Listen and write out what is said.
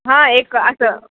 हां एक असं